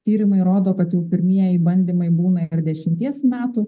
tyrimai rodo kad jau pirmieji bandymai būna ir dešimties metų